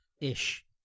ish